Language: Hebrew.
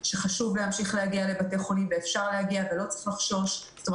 אבל הקליקר הזה, זה לפחות לעתיד אם